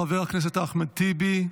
חבר הכנסת אחמד טיבי,